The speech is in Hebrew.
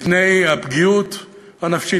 מפני הפגיעות הנפשית.